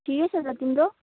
ठिकै छ त तिम्रो